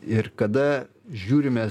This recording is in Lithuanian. ir kada žiūrime